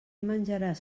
menjaràs